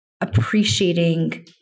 appreciating